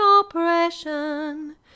oppression